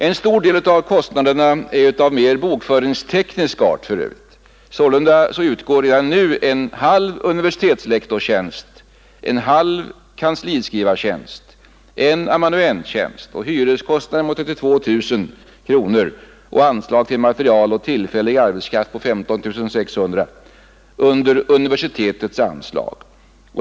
En stor del av kostnaderna är mera av bokföringsteknisk art för övrigt. Sålunda utgår redan nu anslag till en halv universitetslektorstjänst, till en halv kansliskrivartjänst, till en amanuenstjänst, till hyror med 32 000 kronor samt till material och tillfällig arbetskraft med 15 600 kronor under universitetets anslag.